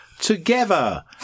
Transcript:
together